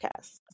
podcast